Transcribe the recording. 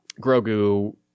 Grogu